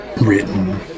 written